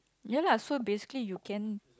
ya lah so basically you can